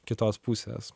kitos pusės